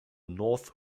north